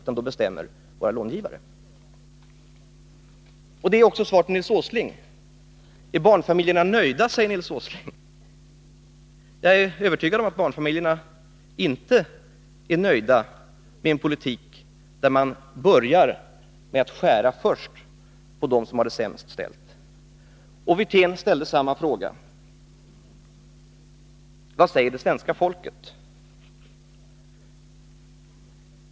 Det skulle i stället bli våra långivare som gjorde det. Är barnfamiljerna nöjda? frågar Nils Åsling. Jag är övertygad om att 23 barnfamiljerna inte är nöjda med en politik som börjar med att man skär ned först för dem som har det sämst ställt. Rolf Wirtén ställde ungefär samma fråga: Vad säger det svenska folket?